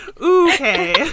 Okay